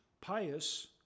pious